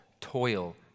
toil